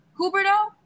Huberto